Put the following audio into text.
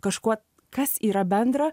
kažkuo kas yra bendra